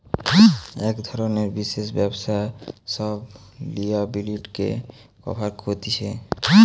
এক ধরণের বিশেষ ব্যবস্থা সব লিয়াবিলিটিকে কভার কতিছে